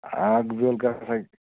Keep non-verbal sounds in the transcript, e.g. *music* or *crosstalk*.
ہاکہٕ بیٛوٚل *unintelligible*